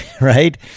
right